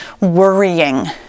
worrying